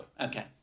Okay